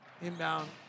Inbound